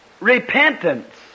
repentance